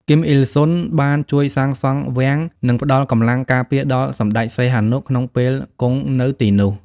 គីម អ៊ីលសុង បានជួយសាងសង់វាំង និងផ្ដល់កម្លាំងការពារដល់សម្ដេចសីហនុក្នុងពេលគង់នៅទីនោះ។